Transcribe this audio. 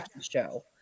show